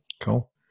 Cool